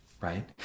right